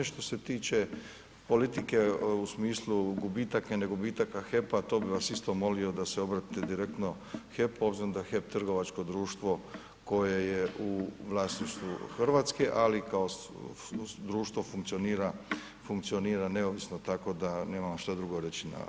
Što se tiče politike u smislu gubitaka i ne gubitaka HEP-a, to bi vas isto molio da se obratite direktno HEP-u obzirom da je HEP trgovačko društvo koje je u vlasništvu Hrvatske, ali kao društvo funkcionira neovisno, tako da nemam vam što drugo reći na vaše pitanje.